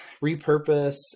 repurpose